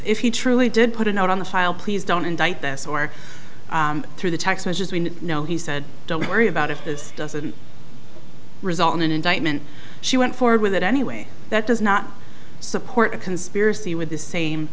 if he truly did put a note on the file please don't indict this or through the texans as we know he said don't worry about if this doesn't result in an indictment she went forward with it anyway that does not support a conspiracy with the same